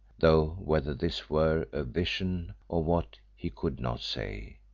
though whether this were a vision, or what, he could not say.